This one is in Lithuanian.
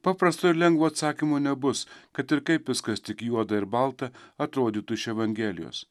paprasto ir lengvo atsakymo nebus kad ir kaip viskas tik juoda ir balta atrodytų iš evangelijos